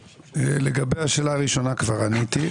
לגבי השאלה הראשונה כבר עניתי.